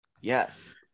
Yes